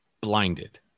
blinded